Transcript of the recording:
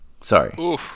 Sorry